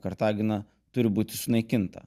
kartagina turi būti sunaikinta